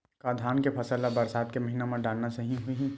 का धान के फसल ल बरसात के महिना डालना सही होही?